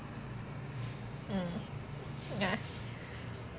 ya